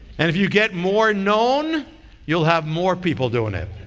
and if you get more known you'll have more people doing it.